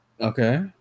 okay